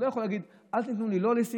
הוא לא יכול להגיד: אל תיתנו לי לא ליסינג,